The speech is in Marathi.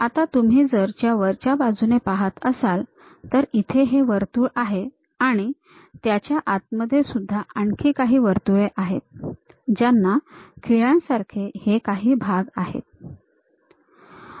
आता तुम्ही जर या वरच्या बाजूने पाहत असाल तर इथे हे वर्तुळ आहे आणि त्याच्या आतमध्ये सुद्धा आणखी काही वर्तुळे आहेत ज्यांना खिळ्यांसारखे हे काही भाग आहेत